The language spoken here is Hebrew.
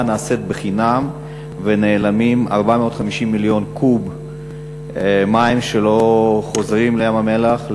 נעשית חינם ונעלמים 450 מיליון קוב מים שלא חוזרים לים-המלח,